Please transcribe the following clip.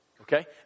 Okay